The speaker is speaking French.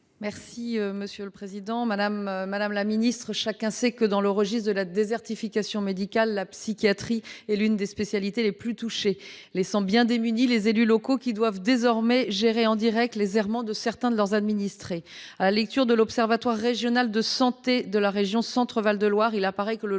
et de la prévention. Madame la ministre, chacun le sait, en matière de désertification médicale, la psychiatrie est l’une des spécialités les plus touchées, ce qui laisse démunis les élus locaux, qui doivent désormais gérer en direct les errements de certains de leurs administrés. À la lecture du rapport de l’Observatoire régional de la santé de la région Centre Val de Loire, il apparaît que le